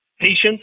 patience